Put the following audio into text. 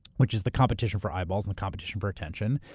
which is the competition for eyeballs and the competition for attention,